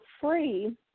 free